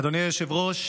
אדוני היושב-ראש,